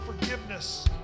forgiveness